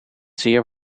zeer